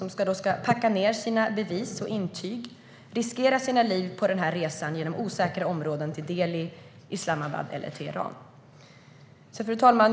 De ska packa ned sina bevis och intyg och riskera sina liv på resan genom osäkra områden till New Delhi, Islamabad eller Teheran. Fru talman!